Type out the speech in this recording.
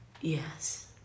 Yes